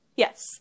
yes